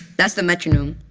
that's the metronome.